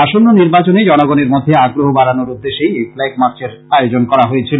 আসন্ন নির্বাচনে জনগণের মধ্যে আগ্রহ বাড়ানোর উদ্দেশ্যেই এই ফ্ল্যাগ মার্চের আয়োজন করা হয়েছিল